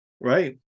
Right